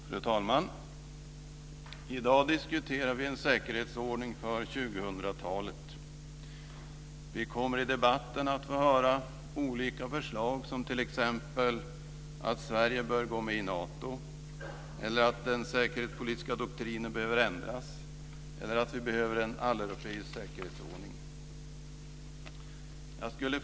Fru talman! I dag diskuterar vi en säkerhetsordning för 2000-talet. I debatten kommer vi att få höra olika förslag som t.ex. att Sverige bör gå med i Nato, att den säkerhetspolitiska doktrinen behöver ändras eller att vi behöver en alleuropeisk säkerhetsordning.